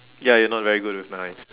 ya you're not very good with knife